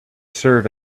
serve